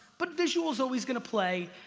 but visual's always gonna play,